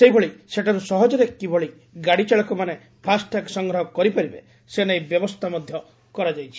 ସେହିଭଳି ସେଠାରୁ ସହଜରେ କିଭଳି ଗାଡ଼ିଚାଳକମାନେ ଫାସ୍ଟ୍ୟାଗ୍ ସଂଗ୍ରହ କରିପାରିବେ ସେନେଇ ବ୍ୟବସ୍କା ମଧ୍ଧ କରାଯାଇଛି